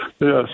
yes